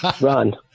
run